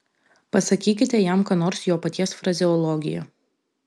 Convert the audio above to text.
pasakykite jam ką nors jo paties frazeologija